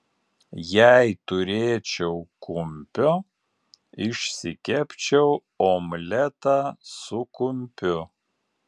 jei turėčiau kumpio išsikepčiau omletą su kumpiu